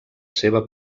seva